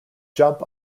jump